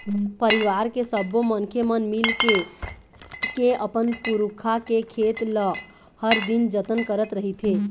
परिवार के सब्बो मनखे मन मिलके के अपन पुरखा के खेत ल हर दिन जतन करत रहिथे